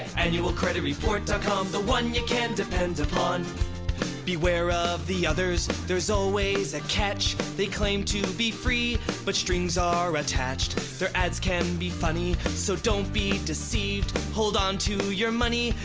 annualcreditreport com, the one you can depend upon beware of the others, there's always a catch. they claim to be free but strings are attached. their ads can be funny so don't be deceived. hold on to your money,